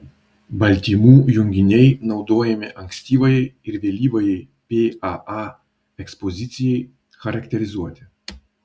baltymų junginiai naudojami ankstyvajai ir vėlyvajai paa ekspozicijai charakterizuoti